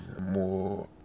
more